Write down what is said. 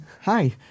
hi